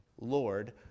Lord